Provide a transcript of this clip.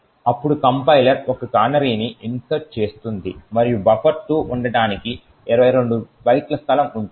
అప్పుడు కంపైలర్ ఒక కానరీని ఇన్సర్ట్ చేస్తుంది మరియు బఫర్2 ఉండటానికి 22 బైట్ల స్థలం ఉంటుంది